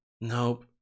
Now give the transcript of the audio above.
nope